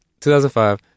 2005